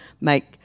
make